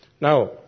Now